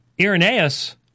Irenaeus